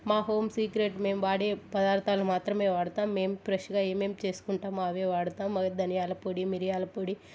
మా home secret మేము వాడే పదార్థాలు మాత్రమే వాడతాం మేము ఫ్రెష్గా ఏమేమి చేసుకుంటాం అవే వాడతాం అవి ధనియాల పొడి మిరియాల పొడి